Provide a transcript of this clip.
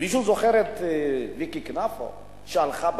מישהו זוכר את ויקי קנפו שהלכה ברגל?